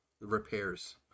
repairs